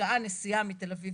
שעה נסיעה מתל אביב,